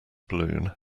balloon